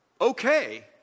okay